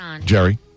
Jerry